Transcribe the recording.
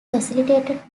facilitated